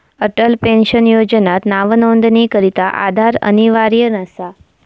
Atal pension योजनात नावनोंदणीकरता आधार अनिवार्य नसा